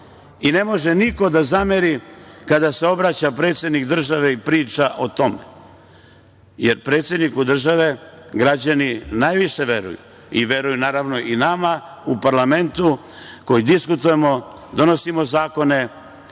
i ne može niko da zameri kada se obraća predsednik države i priča o tome, jer predsedniku države građani najviše veruju i veruju naravno i nama u parlamentu koji diskutujemo, donosimo zakone.